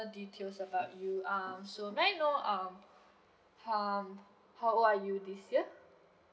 details about you um so may I know um hmm how old are you this year